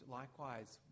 likewise